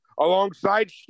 alongside